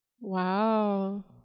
Wow